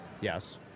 Yes